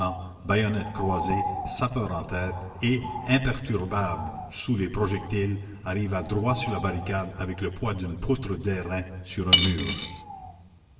bayonnettes croisées sapeurs en tête et imperturbable sous les projectiles arriva droit sur la barricade avec le poids d'une poutre d'airain sur un mur